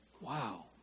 Wow